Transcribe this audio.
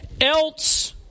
else